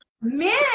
men